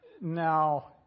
Now